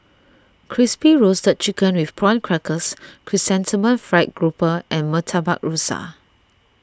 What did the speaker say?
Crispy Roasted Chicken with Prawn Crackers Chrysanthemum Fried Grouper and Murtabak Rusa